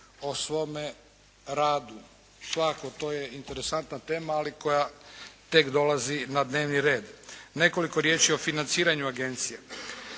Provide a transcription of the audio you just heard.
o svome radu. Svakako to je interesantna tema, ali koja tek dolazi na dnevni red. Nekoliko riječi o financiranju agencije.